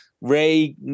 Ray